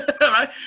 right